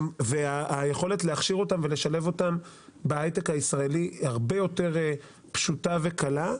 והיכולת להכשיר אותם ולשלב אותם בהיי-טק הישראלי הרבה יותר פשוטה וקלה.